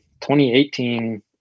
2018